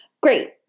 great